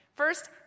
First